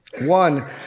one